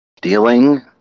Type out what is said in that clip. Dealing